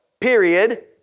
Period